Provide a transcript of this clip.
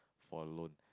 for a loan